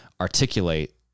articulate